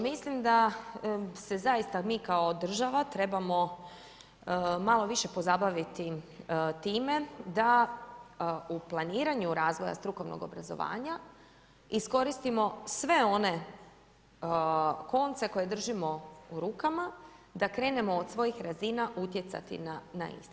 Mislim da se zaista mi kao država trebamo malo više pozabaviti time, da u planiranju razvoja strukovnog obrazovanja iskoristimo sve one konce koje držimo u rukama, da krenemo od svojih razina utjecati na iste.